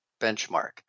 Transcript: benchmark